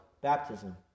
baptism